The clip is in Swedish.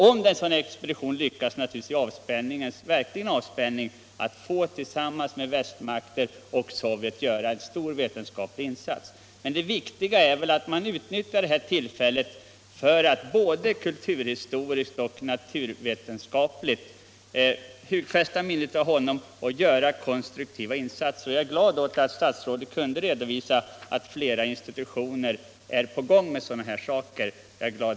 Om denna expedition lyckas och Sverige tillsammans med andra västländer och Sovjet får göra denna stora vetenskapliga insats, är det verkligen fråga om avspänning. 47 Men det viktiga är väl att man utnyttjar det här tillfället för att både kulturhistoriskt och naturvetenskapligt hugfästa minnet av Nordenskiöld och göra konstruktiva insatser. Jag är glad över att statsrådet kunde redovisa att flera institutioner arbetar med den saken.